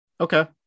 Okay